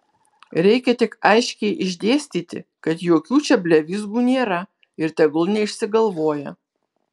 reikia tik aiškiai išdėstyti kad jokių čia blevyzgų nėra ir tegul neišsigalvoja